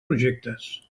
projectes